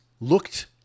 looked